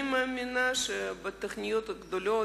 אני לא מאמינה בתוכניות גדולות.